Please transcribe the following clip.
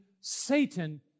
Satan